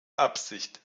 absicht